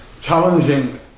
challenging